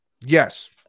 yes